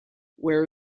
where